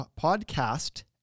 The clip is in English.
podcast